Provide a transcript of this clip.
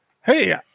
Hey